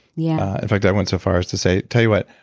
yeah in fact i went so far as to say, tell you what,